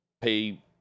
pay –